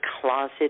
closet